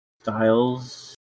Styles